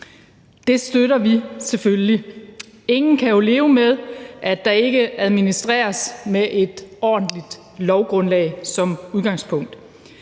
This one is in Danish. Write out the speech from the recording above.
Det støtter vi selvfølgelig. Ingen kan jo leve med, at der ikke administreres med et ordentligt lovgrundlag som udgangspunkt.